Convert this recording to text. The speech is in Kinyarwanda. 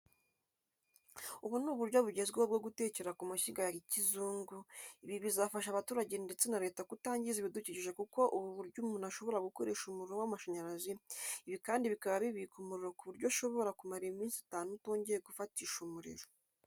Ubu ni uburyo bugezweho bwo gutekera ku mashyiga ya kizungu, ibi bizafasha abaturage ndetse na leta kutangiza ibidukikije kuko ubu buryo umuntu ashobora gukoresha umuriro w'amashanyarazi, ibi kandi bikaba bibika umuriro ku buryo ushobora kumara iminsi itanu utongeye gufatisha umuriro.